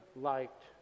liked